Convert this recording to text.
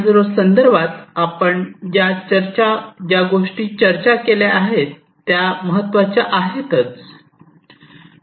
0 संदर्भात आपण ज्या गोष्टी चर्चा केल्या आहेत त्या महत्त्वाच्या आहेतच